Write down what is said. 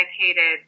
dedicated